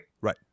right